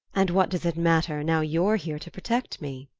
and what does it matter, now you're here to protect me?